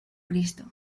cristo